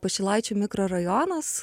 pašilaičių mikrorajonas